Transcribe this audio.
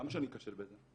למה שאני אכשל בזה.